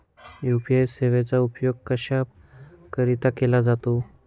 UPI सेवेचा उपयोग कशाकरीता केला जातो?